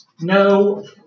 no